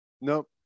Nope